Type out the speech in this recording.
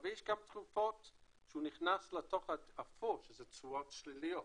אבל יש גם תקופות שהתשואות שליליות.